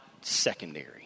secondary